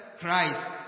Christ